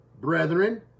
brethren